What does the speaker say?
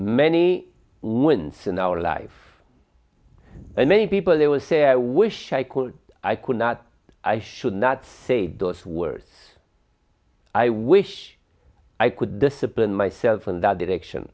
many wins in our life and many people they will say i wish i could i could not i should not say those words i wish i could discipline myself in that direction